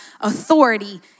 authority